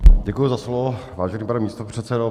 Děkuji za slovo, vážený pane místopředsedo.